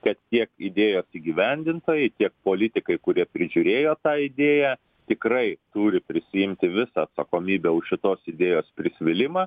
kad tiek idėjos įgyvendintojai tiek politikai kurie prižiūrėjo tą idėją tikrai turi prisiimti visą atsakomybę už šitos idėjos prisvylimą